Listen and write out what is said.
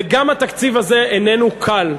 וגם התקציב הזה איננו קל,